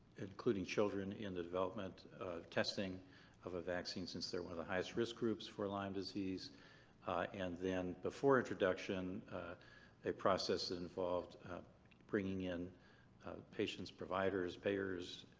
including children in the development testing of a vaccine since there one of the highest risk groups for lyme disease and then before introduction a process involved bringing in patients, providers, payers,